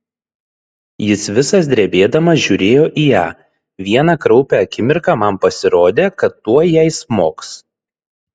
jis visas drebėdamas žiūrėjo į ją vieną kraupią akimirką man pasirodė kad tuoj jai smogs